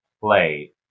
play